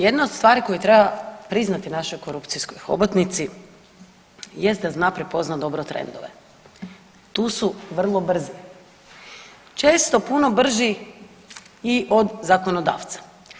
Jedna od stvari koju treba priznati našoj korupcijskoj hobotnici jest da zna prepoznat dobro trendove, tu su vrlo brzi, često puno brži i od zakonodavca.